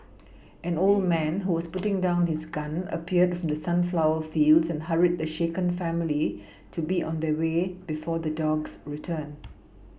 an old man who was putting down his gun appeared from the sunflower fields and hurried the shaken family to be on their way before the dogs return